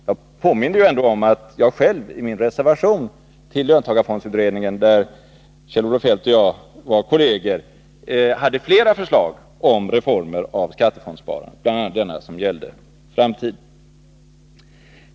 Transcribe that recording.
Jag påminde ju ändå om att jag i min reservation till löntagarfondsutredningen, där Kjell-Olof Feldt och jag var kolleger, hade flera förslag om reformer i skattefondssparandet, bl.a. det som gällde framtiden.